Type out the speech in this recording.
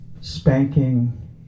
spanking